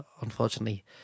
unfortunately